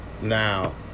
Now